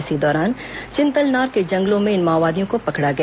इसी दौरान चिंतलनार के जंगलों में इन माओवादियों को पकड़ा गया